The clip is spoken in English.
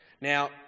Now